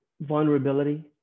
vulnerability